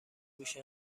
هوش